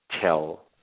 tell